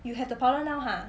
you have the podwer now ha